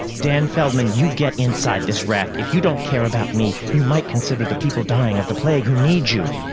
dan feldman, you get inside this raft! if you don't care about me, you might consider the people dying of the plague who need you!